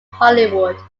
hollywood